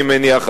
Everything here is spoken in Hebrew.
אני מניח,